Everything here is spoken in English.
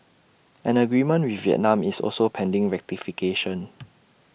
an agreement with Vietnam is also pending ratification